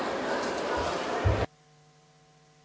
Hvala.